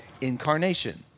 incarnation